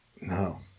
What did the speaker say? No